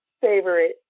favorite